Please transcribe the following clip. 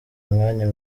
umwanya